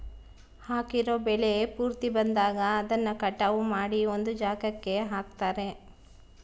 ಹಾಕಿರೋ ಬೆಳೆ ಪೂರ್ತಿ ಬಂದಾಗ ಅದನ್ನ ಕಟಾವು ಮಾಡಿ ಒಂದ್ ಜಾಗಕ್ಕೆ ಹಾಕ್ತಾರೆ